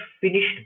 finished